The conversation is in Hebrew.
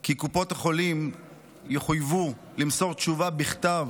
כי קופות החולים יחויבו למסור תשובה בכתב